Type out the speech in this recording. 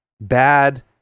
bad